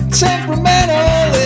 temperamental